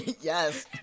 Yes